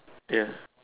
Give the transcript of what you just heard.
ya